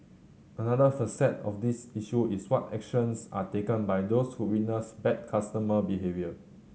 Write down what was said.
another facet of this issue is what actions are taken by those who witness bad customer behaviour